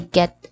get